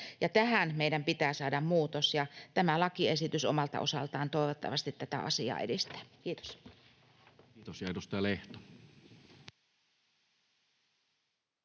Tähän meidän pitää saada muutos, ja tämä lakiesitys omalta osaltaan toivottavasti tätä asiaa edistää. — Kiitos. [Speech